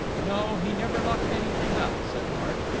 no, he never locked anything up, said mark.